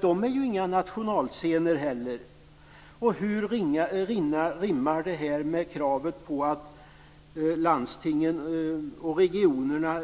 De är ju inte heller nationalscener. Hur rimmar detta med kravet på att landstingen och regionerna